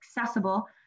accessible